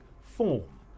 form